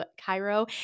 Cairo